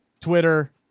Twitter